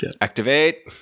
Activate